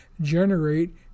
generate